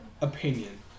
opinion